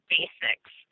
Basics